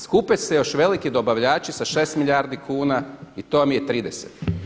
Skupe se još veliki dobavljači sa 6 milijardi kuna i to vam je 30.